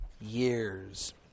years